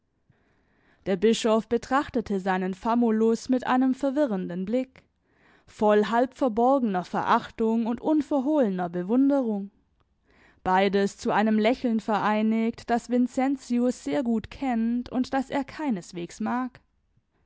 der bischof betrachtete seinen famulus mit einem verwirrenden blick voll halbverborgener verachtung und unverhohlener bewunderung beides zu einem lächeln vereinigt das vincentius sehr gut kennt und das er keineswegs mag